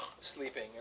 sleeping